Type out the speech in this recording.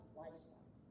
lifestyle